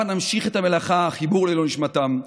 הבה נמשיך את מלאכת החיבור לעילוי נשמתם.